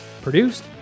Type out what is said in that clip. produced